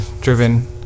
driven